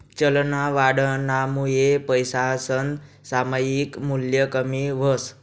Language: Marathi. चलनवाढनामुये पैसासनं सामायिक मूल्य कमी व्हस